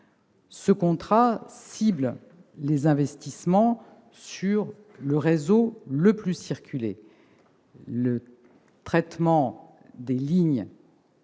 Ce contrat cible les investissements sur le réseau le plus fréquenté, le traitement des lignes